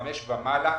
חמש ומעלה,